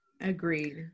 Agreed